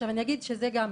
זה גם משהו.